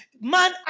Man